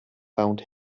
found